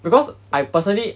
because I personally